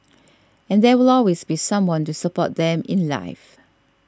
and there will always be someone to support them in life